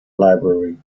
library